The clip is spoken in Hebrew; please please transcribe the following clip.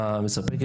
התרבות והספורט.